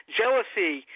jealousy